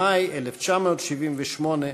במאי 1978,